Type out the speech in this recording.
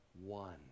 one